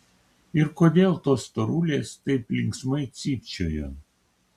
ir kodėl tos storulės taip linksmai cypčiojo